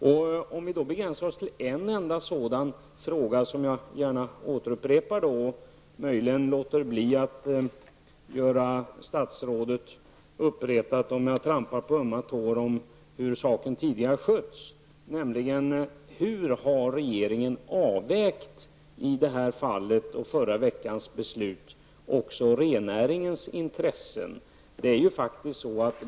Låt mig begränsa mig till en enda fråga, som jag alltså upprepar. Jag skall inte reta upp statsrådet med att trampa på ömma tår om hur saken tidigare har skötts. Hur har regeringen avvägt rennäringens intressen i förra veckans beslut.